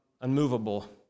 unmovable